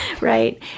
right